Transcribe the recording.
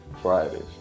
Fridays